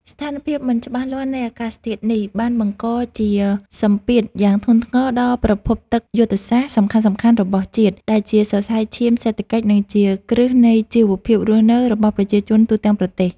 ស្ថានភាពមិនច្បាស់លាស់នៃអាកាសធាតុនេះ បានបង្កជាសម្ពាធយ៉ាងធ្ងន់ធ្ងរដល់ប្រភពទឹកយុទ្ធសាស្ត្រសំខាន់ៗរបស់ជាតិ ដែលជាសរសៃឈាមសេដ្ឋកិច្ច និងជាគ្រឹះនៃជីវភាពរស់នៅរបស់ប្រជាជនទូទាំងប្រទេស។